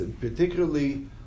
particularly